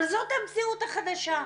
אבל זאת המציאות החדשה.